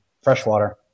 Freshwater